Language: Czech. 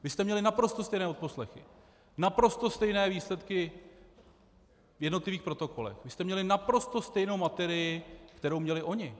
Vy jste měli naprosto stejné odposlechy, naprosto stejné výsledky v jednotlivých protokolech, vy jste měli naprosto stejnou materii, kterou měli oni.